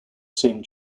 saint